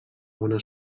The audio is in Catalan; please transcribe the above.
bona